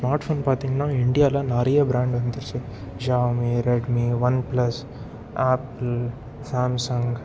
smart phone பார்த்தீங்கன்னா இண்டியாவில் நிறைய ப்ராண்ட் வந்துடுச்சி Xiaomi Redmi OnePlus Apple Samsung